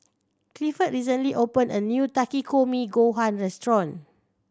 Clifford recently opened a new Takikomi Gohan Restaurant